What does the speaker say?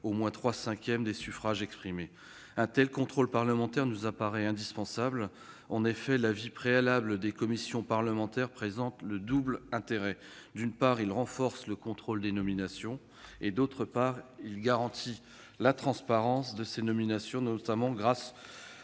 au moins trois cinquièmes des suffrages exprimés. Un tel contrôle parlementaire nous paraît indispensable. En effet, l'avis préalable des commissions parlementaires présente un double intérêt. D'une part, il renforce le contrôle des nominations, d'autre part, il garantit la transparence de ces nominations, notamment grâce